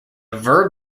verb